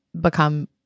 become